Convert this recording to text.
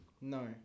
No